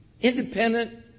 Independent